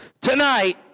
tonight